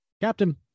Captain